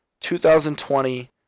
2020